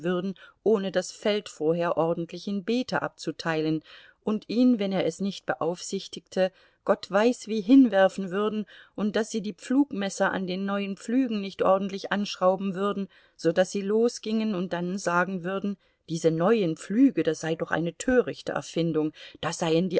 ohne das feld vorher ordentlich in beete abzuteilen und ihn wenn er es nicht beaufsichtigte gott weiß wie hinwerfen würden und daß sie die pflugmesser an den neuen pflügen nicht ordentlich anschrauben würden so daß sie losgingen und dann sagen würden diese neuen pflüge das sei doch eine törichte erfindung da seien